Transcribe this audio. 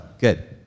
good